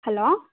hello